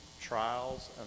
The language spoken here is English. trials